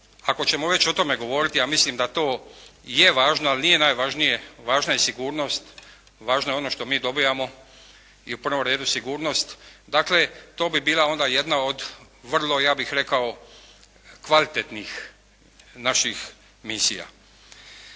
ako ćemo već o tome govoriti, ja mislim da to je važno, ali nije najvažnije, važna je sigurnost, važno je ono što mi dobivamo. I u prvom redu sigurnost. Dakle, to bi bila onda jedna od vrlo, ja bih rekao, kvalitetnih naših misija.